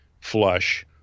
flush